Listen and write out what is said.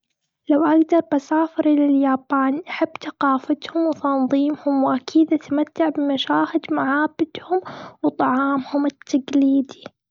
لو اقدر بسافر إلى اليابان. أحب ثقافتهم وتنظيمهم، وأكيد أتمتع بمشاهد معابدهم وطعامهم التقليدي.